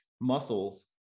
muscles